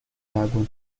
água